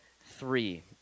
three